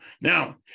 Now